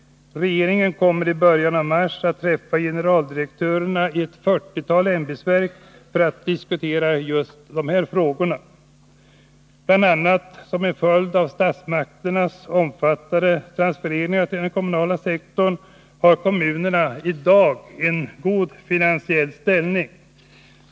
Regeringen kommer i början av mars att träffa generaldirektörerna i ett fyrtiotal ämbetsverk för att diskutera just dessa frågor. Bl. a. som en följd av statsmakternas omfattande transfereringar till den kommunala sektorn har kommunerna i dag en god finansiell ställning.